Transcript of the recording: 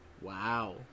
Wow